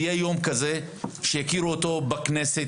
יהיה יום כזה שיכירו אותו בכנסת,